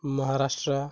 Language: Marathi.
महाराष्ट्र